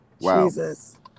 Jesus